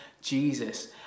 Jesus